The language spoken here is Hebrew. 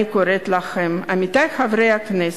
אני קוראת לכם, עמיתי חברי הכנסת,